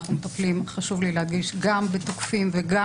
חשוב לי להדגיש שאנחנו מטפלים גם בפוגעים וגם